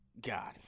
God